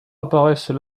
apparaissent